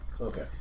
Okay